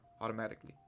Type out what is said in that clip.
automatically